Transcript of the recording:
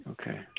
Okay